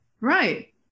Right